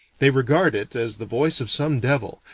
they regard it as the voice of some devil,